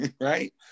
right